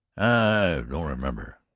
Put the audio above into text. i don't remember,